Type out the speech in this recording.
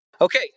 Okay